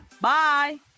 Bye